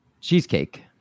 cheesecake